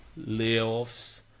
layoffs